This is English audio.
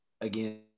again